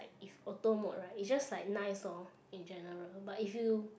if auto mode right is just like nice or in general but if you